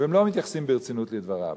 והם לא מתייחסים ברצינות לדבריו.